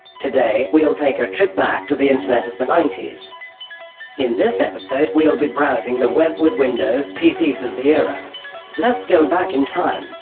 today, we'll take a trip back to the internet of the ninety s in this episode we'll be browsing the web with windows pcs of the era let's go back in time!